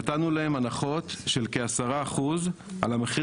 נתנו להם הנחות של כ-10% על המחיר